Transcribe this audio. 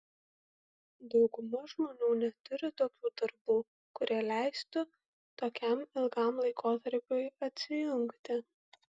dauguma žmonių neturi tokių darbų kurie leistų tokiam ilgam laikotarpiui atsijungti